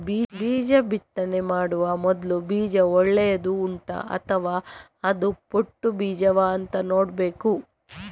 ಬೀಜ ಬಿತ್ತನೆ ಮಾಡುವ ಮೊದ್ಲು ಬೀಜ ಒಳ್ಳೆದು ಉಂಟಾ ಅಥವಾ ಅದು ಪೊಟ್ಟು ಬೀಜವಾ ಅಂತ ನೋಡ್ಬೇಕು